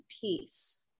peace